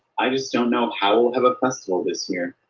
i just don't know how we'll have a festival this year.